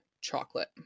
chocolate